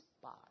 spot